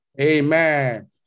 Amen